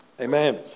Amen